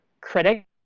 critics